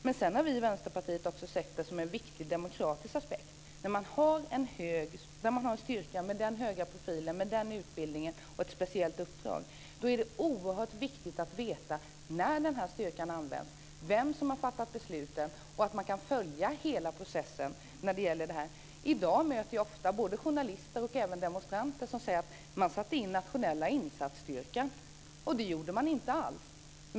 Men vi i Vänsterpartiet har sett det som en viktig demokratisk aspekt. När man har en styrka med den höga profilen, med den utbildningen och med ett speciellt uppdrag är det oerhört viktigt att veta när den styrkan används, vem som har fattat besluten och att man kan följa hela processen. I dag möter jag ofta både journalister och demonstranter som säger att man satte in nationella insatsstyrkan. Det gjorde man inte alls.